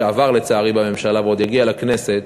שעבר, לצערי, בממשלה, ועוד יגיע לכנסת,